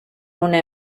una